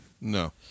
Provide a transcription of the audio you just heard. No